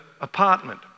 apartment